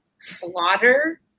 Slaughter